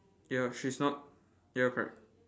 ya she's not ya correct